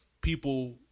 people